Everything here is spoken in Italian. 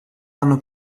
hanno